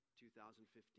2015